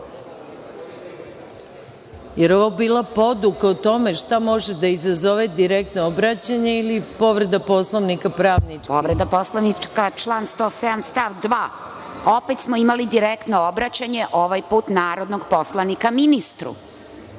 je ovo bila poduka o tome šta može da izazove direktno obraćanje ili povreda Poslovnika? **Branka Stamenković** Povreda Poslovnika član 107. stav 2. Opet smo imali direktno obraćanje, ovaj put narodnog poslanika ministru.